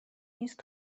نیست